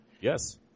Yes